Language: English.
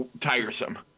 tiresome